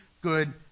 good